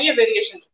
variation